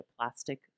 plastic